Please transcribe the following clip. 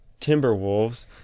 Timberwolves